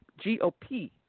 GOP